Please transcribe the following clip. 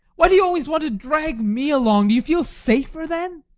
why do you always want to drag me along? do you feel safer then?